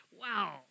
wow